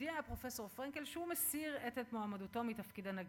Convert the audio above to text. הודיע הפרופסור פרנקל שהוא מסיר את מועמדותו לתפקיד הנגיד.